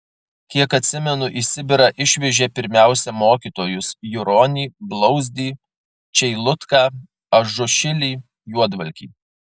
kiek atsimenu į sibirą išvežė pirmiausia mokytojus juronį blauzdį čeilutką ažušilį juodvalkį